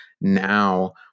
now